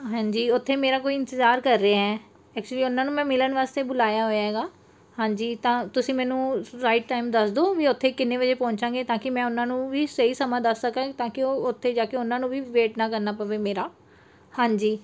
ਹਾਂਜੀ ਉੱਥੇ ਮੇਰਾ ਕੋਈ ਇੰਤਜ਼ਾਰ ਕਰ ਰਿਹਾ ਐਕਚੁਲੀ ਉਹਨਾਂ ਨੂੰ ਮੈਂ ਮਿਲਣ ਵਾਸਤੇ ਬੁਲਾਇਆ ਹੋਇਆ ਹੈਗਾ ਹਾਂਜੀ ਤਾਂ ਤੁਸੀਂ ਮੈਨੂੰ ਰਾਈਟ ਟਾਈਮ ਦੱਸ ਦਿਓ ਵੀ ਉੱਥੇ ਕਿੰਨੇ ਵਜੇ ਪਹੁੰਚਾਂਗੇ ਤਾਂ ਕਿ ਮੈਂ ਉਹਨਾਂ ਨੂੰ ਵੀ ਸਹੀ ਸਮਾਂ ਦੱਸ ਸਕਾਂ ਤਾਂ ਕਿ ਉਹ ਉੱਥੇ ਜਾ ਕੇ ਉਹਨਾਂ ਨੂੰ ਵੀ ਵੇਟ ਨਾ ਕਰਨਾ ਪਵੇ ਮੇਰਾ ਹਾਂਜੀ